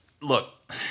look